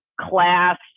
class